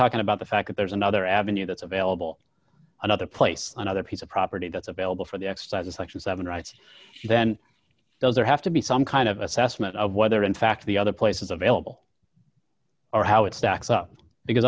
talking about the fact that there's another avenue that's available another place another piece of property that's available for the extras section seven right then though there have to be some kind of assessment of whether in fact the other places available or how it stacks up because